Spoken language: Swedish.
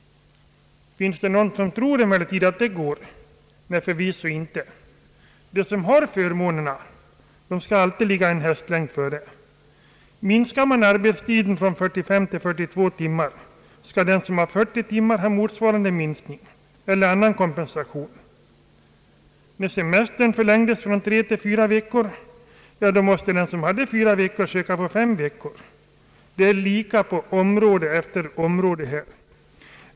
Finns det emellertid någon som tror att det går? Nej, förvisso inte. De som har förmånerna skall alltid ligga en hästlängd före. Minskar man arbetstiden från 45 till 42 timmar i veckan, skall den som har 40 timmar ha motsvarande minskning eller annan kompensation. När semestern förlängdes från tre till fyra veckor måste den som redan hade fyra veckor söka få fem veckor. Det är lika på område efter område.